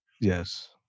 Yes